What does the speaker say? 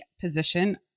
position